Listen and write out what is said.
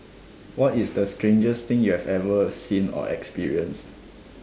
what is the strangest thing you have ever seen or experienced